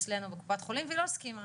אצלנו בקופת חולים והיא לא הסכימה.